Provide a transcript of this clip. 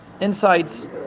insights